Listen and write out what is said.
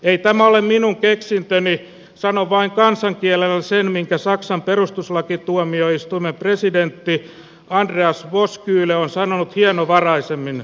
ei tämä ole minun keksintöni sanon vain kansankielellä sen minkä saksan perustuslakituomioistuimen presidentti andreas vosskuhle on sanonut hienovaraisemmin